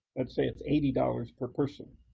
let's say it's eighty dollars per person.